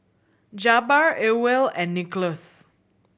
Jabbar Ewell and Nicklaus